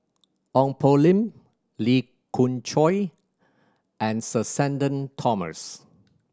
Ong Poh Lim Lee Khoon Choy and Sir Shenton Thomas